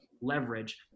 leverage